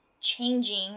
changing